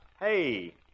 Hey